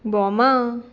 Bhoma